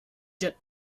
did